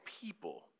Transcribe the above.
people